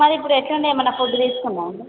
మరీ ఇప్పుడు ఎట్లా ఉండె ఏమన్నా ఫుడ్ తీసుకున్నాడా మరి